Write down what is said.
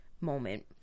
moment